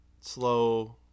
slow